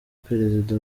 perezida